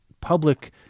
public